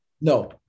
No